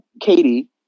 Katie